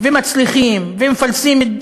ומצליחים ומפלסים את